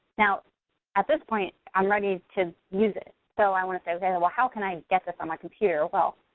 now at this point, i'm ready to use it, so i wanna say, okay, and well how can i get this on my computer as well?